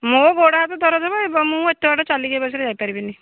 ମୋ ଗୋଡ଼ ହାତ ଦରଜ ହେବ ମୁଁ ଏତେ ବାଟ ଚାଲିକି ଏ ବୟସରେ ଯାଇପାରିବିନି